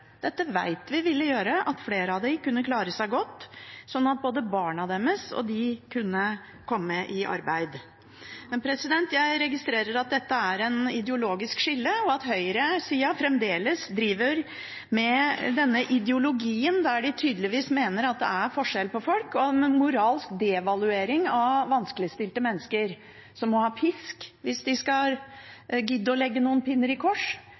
Dette vet vi ville gjøre at flere av dem, og barna deres, kunne klare seg godt – og at de kunne komme i arbeid. Men jeg registrerer at dette er et ideologisk skille, og at høyresida fremdeles driver med denne ideologien der de tydeligvis mener at det er forskjell på folk, moralsk devaluering av vanskeligstilte mennesker, som må ha pisk hvis de skal gidde å legge noen pinner i kors,